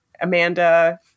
Amanda